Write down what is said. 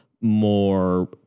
more